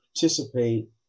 participate